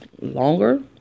longer